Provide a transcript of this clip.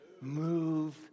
Move